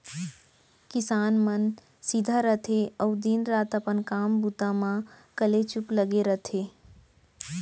किसान मन सीधा रथें अउ दिन रात अपन काम बूता म कलेचुप लगे रथें